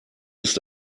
ist